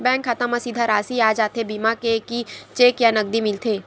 Bank खाता मा सीधा राशि आ जाथे बीमा के कि चेक या नकदी मिलथे?